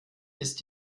ist